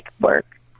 work